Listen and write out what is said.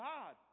God